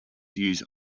use